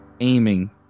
aiming